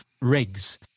rigs